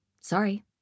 Sorry